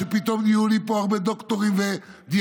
שפתאום נהיו לי פה הרבה דוקטורים ודיאטנים,